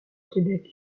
québec